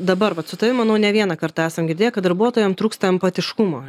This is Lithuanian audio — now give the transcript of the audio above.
dabar vat su tavim manau ne vieną kartą esam girdėję kad darbuotojam trūksta empatiškumo